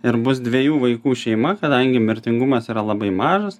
ir bus dviejų vaikų šeima kadangi mirtingumas yra labai mažas